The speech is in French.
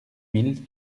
mille